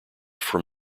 from